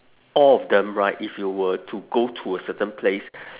all of them right if you were to go to a certain place